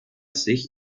sich